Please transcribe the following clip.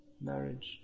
Marriage